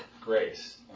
grace